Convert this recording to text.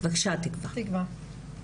בבקשה תקווה.